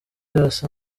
asa